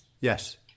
Yes